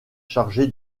chargé